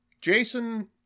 Jason